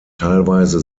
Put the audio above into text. teilweise